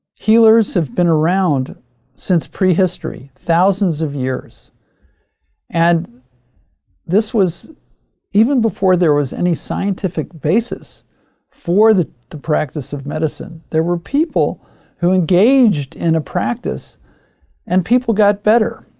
healers have been around since prehistory, thousands of years and this was even before there was any scientific basis for the the practice of medicine. there were people who engaged in a practice and people got better.